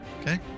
Okay